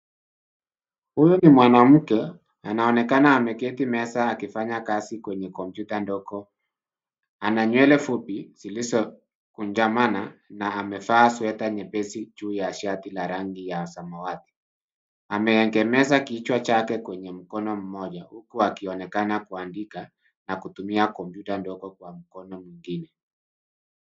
Huyu ni mwanamke anaonekana ameketi meza akifanya kazi. Ana nywele fupi zilizo kunjamana na amefaa sweta nyepesi juu ya shati la rangi ya samawati. Ameegemeza kichwa chake kwenye mkono mmoja huku akionekana kuandika na kutumia kompyuta ndogo kwa mkono mwingine.